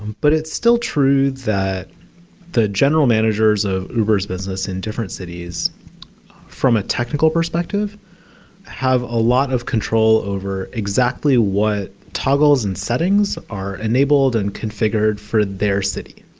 but it's still true that the general managers of uber s business in different cities from a technical perspective have a lot of control over exactly what toggles and settings are enabled and configured for their city,